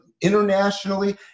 internationally